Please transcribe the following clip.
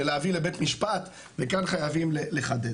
של להביא לבית משפט, וכאן חייבים לחדד.